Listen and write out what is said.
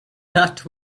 that